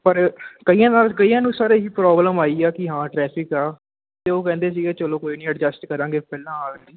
ਪਰ ਕਈਆਂ ਦਾ ਕਈਆਂ ਨੂੰ ਸਰ ਇਹ ਹੀ ਪ੍ਰੋਬਲਮ ਆਈ ਆ ਕਿ ਹਾਂ ਟਰੈਫਿਕ ਆ ਅਤੇ ਉਹ ਕਹਿੰਦੇ ਸੀਗੇ ਚਲੋ ਕੋਈ ਨਹੀਂ ਐਡਜਸਟ ਕਰਾਂਗੇ ਪਹਿਲਾਂ ਆਉਣ ਲਈ